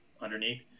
underneath